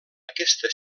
aquesta